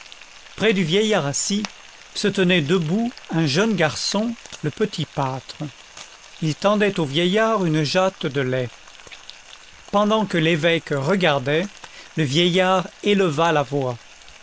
près du vieillard assis se tenait debout un jeune garçon le petit pâtre il tendait au vieillard une jatte de lait pendant que l'évêque regardait le vieillard éleva